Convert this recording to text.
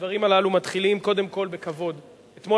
הדברים הללו מתחילים קודם כול בכבוד: אתמול